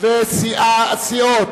וסיעות